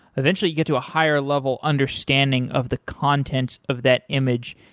eventually you get to a higher level understanding of the contents of that image.